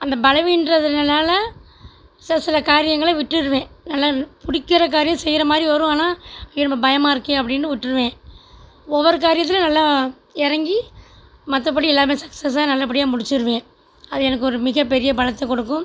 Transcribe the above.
அந்த பலவீன்றன்றதுனால் சில சில காரியங்களை விட்டுவிடுவேன் நல்லா பிடிக்கிற காரியம் செய்கிற மாதிரி வரும் ஆனால் ஐயோ ரொம்ப பயமாக இருக்கே அப்படின்னு விட்ருவேன் ஒவ்வொரு காரியத்திலியும் நல்லா இறங்கி மற்றபடி எல்லாமே சக்ஸஸாக நல்லபடியாக முடித்திருவேன் அது எனக்கு ஒரு மிக பெரிய பலத்தை கொடுக்கும்